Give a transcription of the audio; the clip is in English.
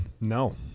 No